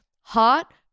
hot